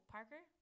Parker